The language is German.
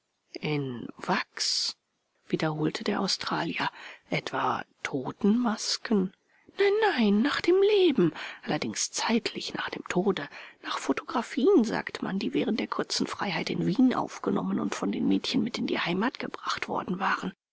in wachs wiederholte der australier etwa totenmasken nein nein nach dem leben allerdings zeitlich nach dem tode nach fotografien sagt man die während der kurzen freiheit in wien aufgenommen und von den mädchen mit in die heimat gebracht worden waren